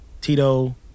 Tito